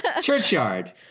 Churchyard